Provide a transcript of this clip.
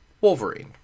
Wolverine